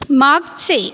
मागचे